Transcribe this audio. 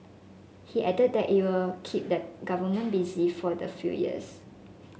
he added that it will keep the government busy for the few years